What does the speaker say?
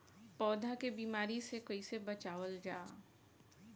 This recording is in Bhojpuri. पौधा के बीमारी से कइसे बचावल जा?